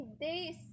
days